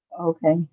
Okay